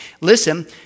Listen